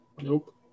Nope